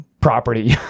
property